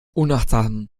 unachtsam